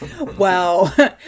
Wow